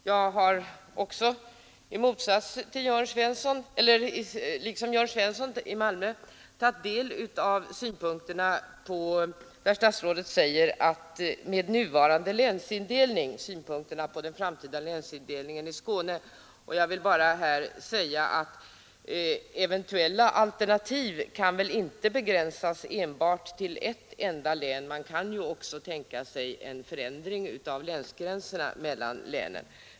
Jag har också liksom Jörn Svensson tagit del av statsrådets synpunkter på nuvarande och framtida länsindelning i Skåne. Jag vill här bara säga att eventuella alternativ väl inte kan begränsas enbart till ett enda län. Man kan ju också tänka sig en förändring av länsgränserna mellan länen.